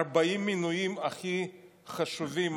40 המינויים הכי חשובים,